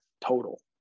total